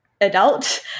adult